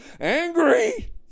Angry